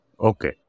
Okay